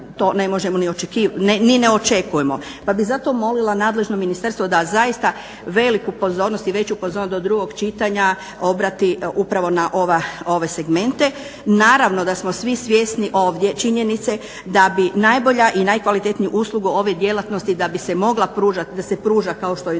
Pa bih zato molila nadležno ministarstvo da zaista veliku pozornost i veću pozornost do drugog čitanja obrati upravo na ove segmente. Naravno da smo svi svjesni ovdje činjenice da bi najbolja i najkvalitetniju uslugu ove djelatnosti da bi se mogla pružati, da se pruža kao što i do